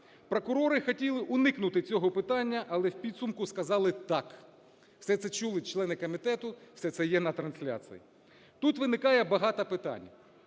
Прокурори хотіли уникнути цього питання, але в підсумку сказали "так". Все це чули члени комітету, все це є на трансляції. Тут виникає багато питань.